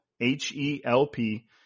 H-E-L-P